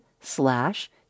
slash